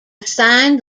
assigned